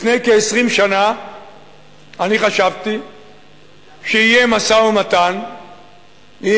לפני כ-20 שנה אני חשבתי שיהיה משא-ומתן עם